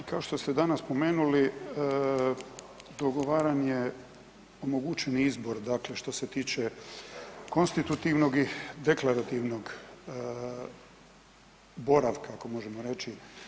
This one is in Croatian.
Pa kao što ste danas spomenuli, dogovaran je, omogućen je izbor dakle što se tiče konstitutivnog i deklarativnog boravka, ako možemo reći.